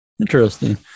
Interesting